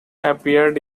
appeared